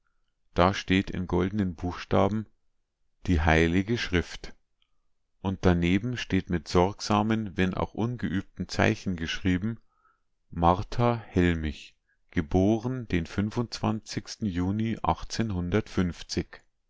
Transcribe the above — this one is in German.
da steht in goldenen buchstaben die heilige schrift und daneben steht mit sorgsamen wenn auch ungeübten zeichen geschrieben martha hellmich geboren den juni